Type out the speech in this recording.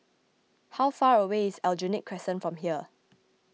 how far away is Aljunied Crescent from here